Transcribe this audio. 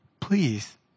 please